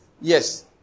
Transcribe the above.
Yes